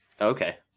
Okay